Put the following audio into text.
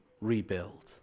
rebuild